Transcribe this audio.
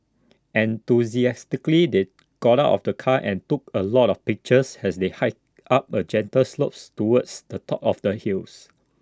enthusiastically they got out of the car and took A lot of pictures as they hiked up A gentle slopes towards the top of the hills